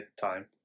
time